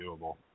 doable